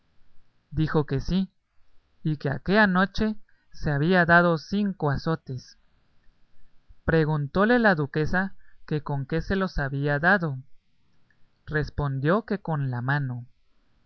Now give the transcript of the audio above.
dijo que sí y que aquella noche se había dado cinco azotes preguntóle la duquesa que con qué se los había dado respondió que con la mano